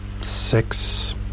six